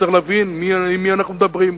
צריך להבין עם מי אנחנו מדברים.